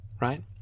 right